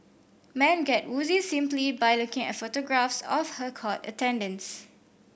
man get woozy simply by looking at photographs of her court attendance